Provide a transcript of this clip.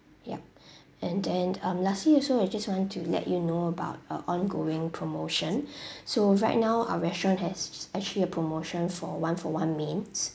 ya and then um lastly also we just want to let you know about uh ongoing promotion so right now our restaurant has actually a promotion for one-for-one mains